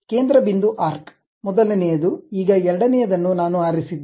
ಕೇಂದ್ರ ಬಿಂದು ಆರ್ಕ್ ಮೊದಲನೆಯದು ಈಗ ಎರಡನೆಯದನ್ನು ನಾನು ಆರಿಸಿದ್ದೇನೆ